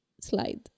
slide